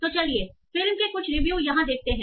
तो चलिए फिल्म के कुछ रिव्यू यहाँ देखते हैं